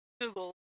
Google